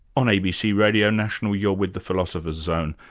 on abc radio national you're with the philosopher's zone,